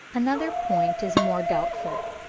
another point is more doubtful,